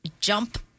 jump